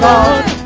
Lord